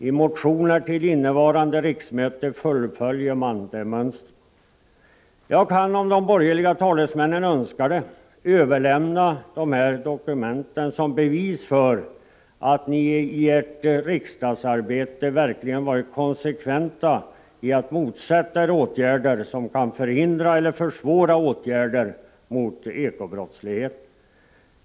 I motioner till innevarande riksmöte följer man det mönstret. Jag kan, om de borgerliga talesmännen önskar det, överlämna dokumenten som bevis för att ni i ert riksdagsarbete verkligen varit konsekventa i att motsätta er åtgärder som kan förhindra eller försvåra ekobrottsligheten.